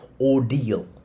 Ordeal